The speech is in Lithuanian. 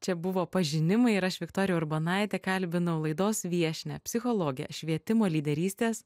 čia buvo pažinimai ir aš viktorija urbonaitė kalbinau laidos viešnią psichologę švietimo lyderystės